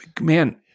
man